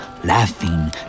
laughing